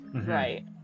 Right